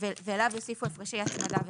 ועליו יוסיפו הפרשי הצמדה וריבית.